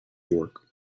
york